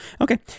Okay